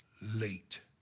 late